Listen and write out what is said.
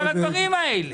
כל הדברים האלה.